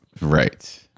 Right